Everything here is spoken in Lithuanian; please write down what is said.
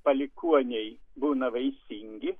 palikuoniai būna vaisingi